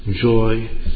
joy